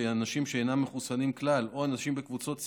אנשים שאינם מחוסנים כלל או אנשים בקבוצות סיכון,